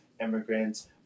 immigrants